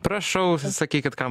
prašau sakykit kam